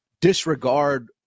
disregard